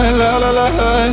la-la-la-la